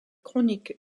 chroniques